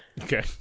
Okay